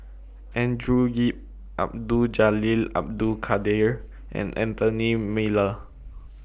Andrew Yip Abdul Jalil Abdul Kadir and Anthony Miller